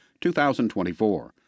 2024